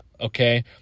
okay